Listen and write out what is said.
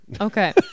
Okay